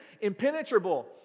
impenetrable